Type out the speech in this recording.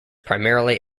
primarily